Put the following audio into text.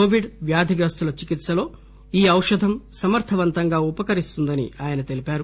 Covid వ్యాధిగ్రస్తుల చికిత్పలో ఈ ఔషధం సమర్థవంతంగా ఉపకరిస్తుందని ఆయన తెలిపారు